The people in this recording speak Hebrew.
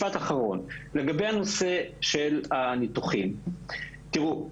לגבי הנושא של הניתוחים: תראו,